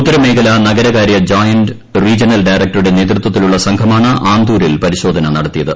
ഉത്തരമേഖല നഗരകാര്യ joint regional ഡയറക്ടറുടെ നേതൃത്വത്തിലുള്ള സംഘമാണ് ആന്തൂരിൽ പരിശോധന നടത്തിയത്